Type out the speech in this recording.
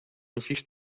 musíš